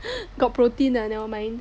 got protein lah never mind